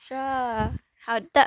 sure 好的